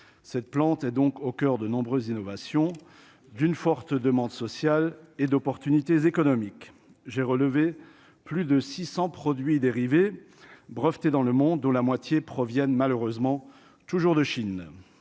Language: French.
cette plante est donc au coeur de nombreuses innovations d'une forte demande sociale et d'opportunités économiques, j'ai relevé plus de 600 produits dérivés breveté dans le monde dont la moitié proviennent malheureusement toujours de Chine,